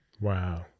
Wow